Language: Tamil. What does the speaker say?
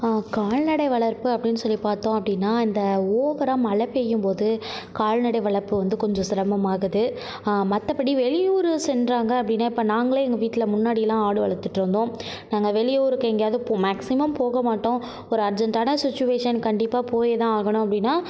கால்நடை வளர்ப்பு அப்படின்னு சொல்லி பார்த்தோம் அப்படின்னா இந்த ஓவராக மழை பெய்யும் போது கால்நடை வளர்ப்பு வந்து கொஞ்சம் சிரமமாகுது மற்றபடி வெளியூர் சென்றாங்க அப்படின்னா இப்போ நாங்களே எங்கள் வீட்டில் முன்னாடி எல்லாம் ஆடு வளர்த்துட்ருந்தோம் நாங்கள் வெளியூருக்கு எங்கேயாவது போ மேக்சிமம் போக மாட்டோம் ஒரு அர்ஜெண்ட்டான சிச்சுவேஷன் கண்டிப்பாக போய் தான் ஆகணும் அப்படின்னா